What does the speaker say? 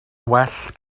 well